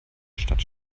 stadt